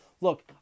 Look